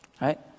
right